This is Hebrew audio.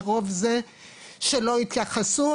מרוב זה שלא התייחסו,